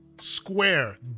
Square